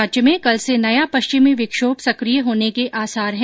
राज्य में कल से नया पश्चिमी विक्षोभ सक्रिय होने के आसार है